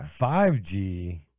5G